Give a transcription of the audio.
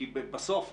בסוף,